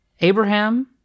Abraham